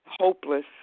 hopeless